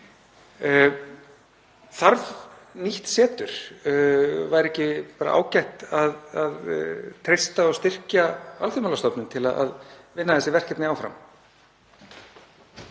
Þarf nýtt setur? Væri ekki bara ágætt að treysta og styrkja Alþjóðamálastofnun til að vinna að þessu verkefni áfram?